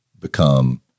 become